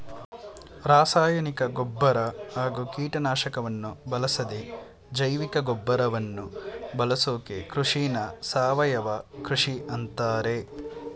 ರಾಸಾಯನಿಕ ಗೊಬ್ಬರ ಹಾಗೂ ಕೀಟನಾಶಕವನ್ನು ಬಳಸದೇ ಜೈವಿಕಗೊಬ್ಬರವನ್ನು ಬಳಸೋ ಕೃಷಿನ ಸಾವಯವ ಕೃಷಿ ಅಂತಾರೆ